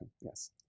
Yes